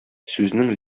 сүзнең